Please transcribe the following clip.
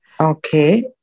Okay